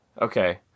Okay